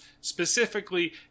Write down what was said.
specifically